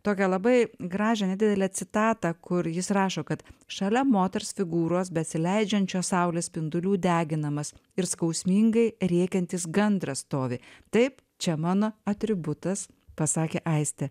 tokią labai gražią nedidelę citatą kur jis rašo kad šalia moters figūros besileidžiančios saulės spindulių deginamas ir skausmingai rėkiantis gandras stovi taip čia mano atributas pasakė aistė